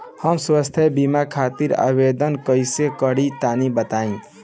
हम स्वास्थ्य बीमा खातिर आवेदन कइसे करि तनि बताई?